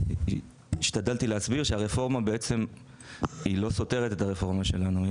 והשתדלתי להסביר שהרפורמה לא סותרת את הרפורמה שלנו,